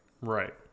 right